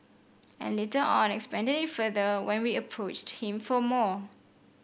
and later on expanded it further when we approached him for more